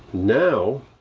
now,